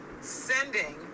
sending